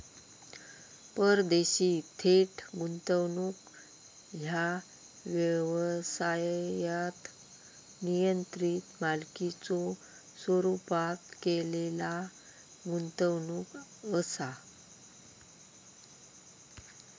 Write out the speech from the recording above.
परदेशी थेट गुंतवणूक ह्या व्यवसायात नियंत्रित मालकीच्यो स्वरूपात केलेला गुंतवणूक असा